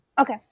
Okay